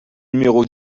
numéro